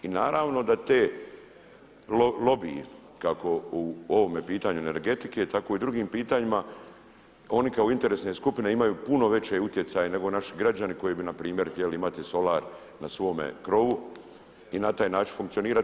I naravno da te, lobiji kako u ovome pitanju energetike tako i u drugim pitanjima oni kao interesne skupine imaju puno veći utjecaj nego naši građani koji bi npr. htjeli imati solar na svome krovu i na taj način funkcionirati.